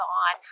on